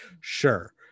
Sure